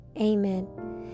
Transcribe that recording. Amen